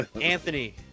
Anthony